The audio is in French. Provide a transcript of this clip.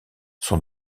son